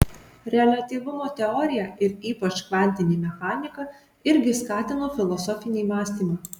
reliatyvumo teorija ir ypač kvantinė mechanika irgi skatino filosofinį mąstymą